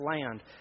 land